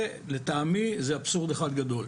לטעמי, זה אבסורד אחד גדול.